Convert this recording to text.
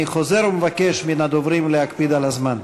אני חוזר ומבקש מן הדוברים להקפיד על הזמן.